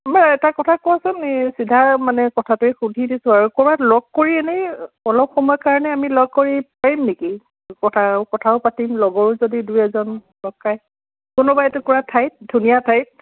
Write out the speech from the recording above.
মই এটা কথা কোৱাচোন এই চিধা মানে কথাটোৱেই শুধিছোঁ আৰু ক'ৰবাত লগ কৰি এনে অলপ সময় কাৰণে আমি লগ কৰি পাৰিম নেকি কথা কথাও পাতিম লগৰ যদি দুই এজন লগ পাই কোনোবা এটুকুৰা ঠাইত ধুনীয়া ঠাইত